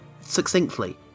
Succinctly